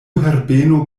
herbeno